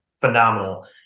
phenomenal